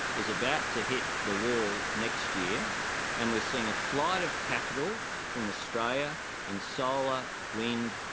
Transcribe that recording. is about to hit the wall next year and we're seeing a flight of capital from australia in solar, wind,